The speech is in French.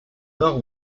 nord